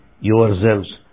yourselves